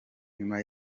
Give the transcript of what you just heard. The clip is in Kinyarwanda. nyuma